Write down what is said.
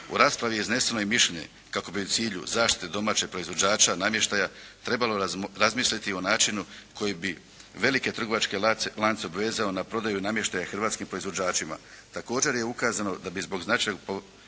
U raspravi je izneseno i mišljenje kako bi u cilju zaštite domaćih proizvođača namještaja trebalo razmisliti o načinu koji bi velike trgovačke lance obvezao na prodaju namještaja hrvatskim proizvođačima. Također je ukazano da bi zbog značajnih površina